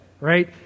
right